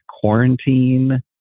quarantine